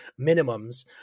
minimums